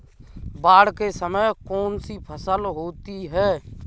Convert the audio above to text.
बाढ़ के समय में कौन सी फसल होती है?